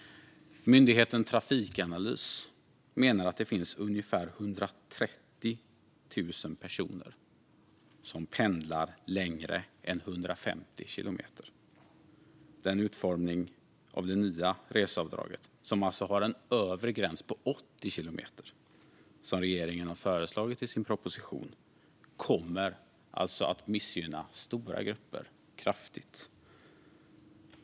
Myndigheten Trafikanalys menar att det finns ungefär 130 000 personer som pendlar längre än 150 kilometer. Den utformning av det nya reseavdraget som regeringen har föreslagit i sin proposition, det vill säga med en övre gräns på 80 kilometer, kommer alltså att missgynna stora grupper kraftigt.